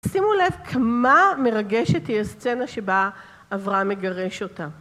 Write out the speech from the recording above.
שימו לב כמה מרגשת היא הסצנה שבה אברהם מגרש אותה.